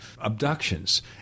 abductions